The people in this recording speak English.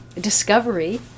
discovery